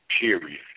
Period